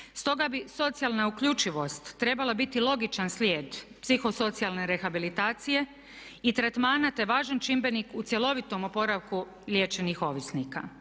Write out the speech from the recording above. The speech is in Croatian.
Stoga bi socijalna uključivost trebala biti logičan slijed psiho socijalne rehabilitacije i tretmana, te važan čimbenik u cjelovitom oporavku liječenih ovisnika.